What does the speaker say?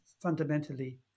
fundamentally